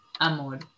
Amor